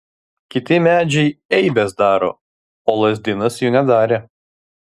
kiti medžiai eibes daro o lazdynas jų nedarė